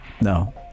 no